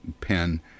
pen